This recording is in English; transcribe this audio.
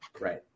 Right